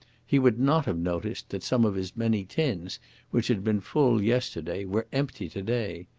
he would not have noticed that some of his many tins which had been full yesterday were empty to-day.